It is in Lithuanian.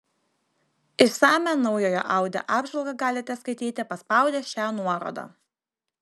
išsamią naujojo audi apžvalgą galite skaityti paspaudę šią nuorodą